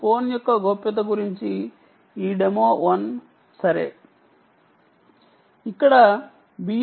phone 1 యొక్క గోప్యత గురించి వివరించడమే ఈ డెమో యొక్క ఉద్దేశము